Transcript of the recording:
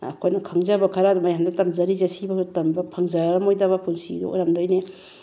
ꯑꯩꯈꯣꯏꯅ ꯈꯪꯖꯕ ꯈꯔ ꯃꯌꯥꯝꯗ ꯇꯝꯖꯔꯤꯁꯦ ꯁꯤ ꯑꯃ ꯇꯝꯕ ꯐꯪꯖꯔꯝꯃꯣꯏꯗꯕ ꯄꯨꯟꯁꯤꯗꯣ ꯑꯣꯏꯔꯝꯗꯣꯏꯅꯦ